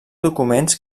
documents